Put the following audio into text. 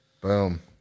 boom